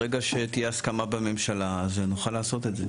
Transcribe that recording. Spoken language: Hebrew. ברגע שתהיה הסכמה בממשלה, אז נוכל לעשות את זה.